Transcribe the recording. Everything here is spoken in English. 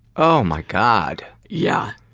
oh my god! yeah.